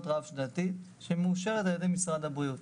רב שנתית שמאושרת על ידי משרד הבריאות.